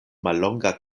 mallonga